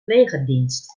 legerdienst